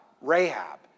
Rahab